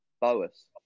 Boas